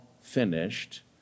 finished